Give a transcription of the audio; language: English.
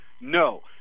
No